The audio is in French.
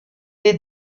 est